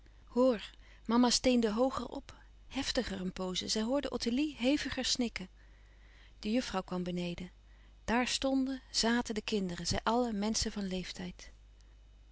mama steende hooger op heftiger een pooze zij hoorden ottilie heviger snikken de juffrouw kwam beneden daar stonden zaten de kinderen zij allen menschen van leeftijd